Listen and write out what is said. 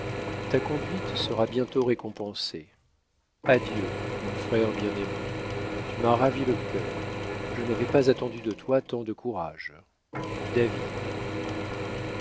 ta conduite sera bientôt récompensée adieu mon frère bien aimé tu m'as ravi le cœur je n'avais pas attendu de toi tant de courage david